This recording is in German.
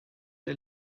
der